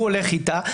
הוא הולך איתה.